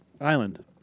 Island